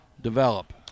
develop